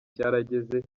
cyarageze